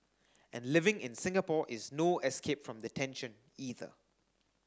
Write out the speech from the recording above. and living in Singapore is no escape from the tension either